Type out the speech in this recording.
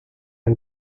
and